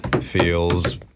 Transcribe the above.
feels